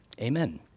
Amen